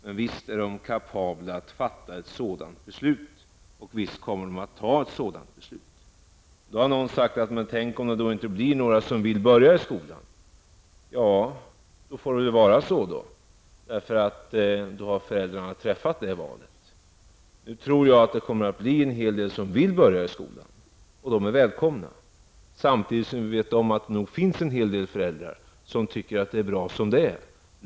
Men de är kapabla att fatta ett sådant beslut, och de kommer också att göra det. Någon har sagt: Men tänk om det då inte blir några barn som vill börja skolan vid sex års ålder! Då får det väl bli så, eftersom föräldrarna har träffat det valet. Nu tror jag att en hel del kommer att vilja börja i skolan, och de är välkomna. Samtidigt vet vi om att det finns en hel del föräldrar som tycker att det är bra som det är.